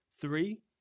Three